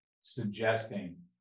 suggesting